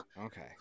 Okay